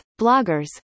bloggers